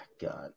God